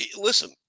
Listen